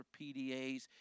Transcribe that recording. PDAs